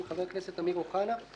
לשכת עורכי הדין (תיקון,